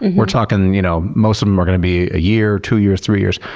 we're talking, you know most of them are going to be a year, two years, three years.